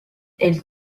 elle